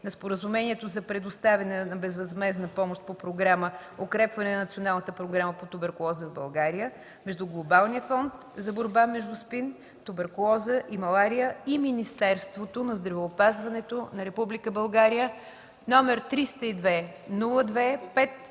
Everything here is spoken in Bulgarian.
на Споразумението за предоставяне на безвъзмездна помощ по Програма „Укрепване на Националната програма по туберкулоза в България” между Глобалния фонд за борба срещу СПИН, туберкулоза и малария и Министерството на здравеопазването на Република България, № 302-02-5,